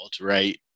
right